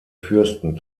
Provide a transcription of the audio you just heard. fürsten